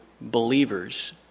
believers